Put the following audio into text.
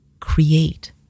create